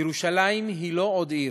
ירושלים היא לא עוד עיר,